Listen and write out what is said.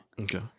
Okay